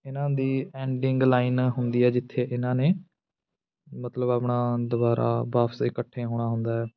ਇਹਨਾਂ ਦੀ ending line ਹੁੰਦੀ ਹੈ ਜਿੱਥੇ ਇਹਨਾਂ ਨੇ ਮਤਲਬ ਆਪਣਾ ਦੁਬਾਰਾ ਵਾਪਸ ਇਕੱਠੇ ਹੋਣਾ ਹੁੰਦਾ ਹੈ